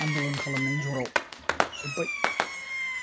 आनदालन खालामनायनि जराव जोब्बाय